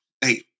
Hey